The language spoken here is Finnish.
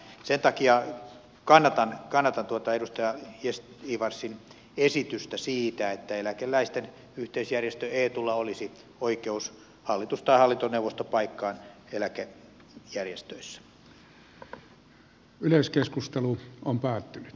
sen takia kannatan edustaja gästgivarsin esitystä siitä että eläkeläisten yhteisjärjestö eetulla olisi oikeus hallitus tai hallintoneuvostopaikkaan eläkeyhtiöissä